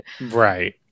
right